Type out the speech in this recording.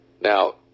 Now